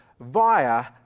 via